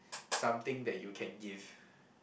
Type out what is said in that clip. something that you can give